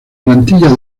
plantilla